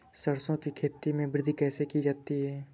सरसो की खेती में वृद्धि कैसे की जाती है?